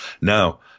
Now